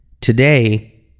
today